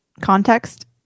context